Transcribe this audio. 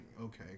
okay